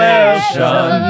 nation